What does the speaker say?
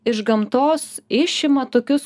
iš gamtos išima tokius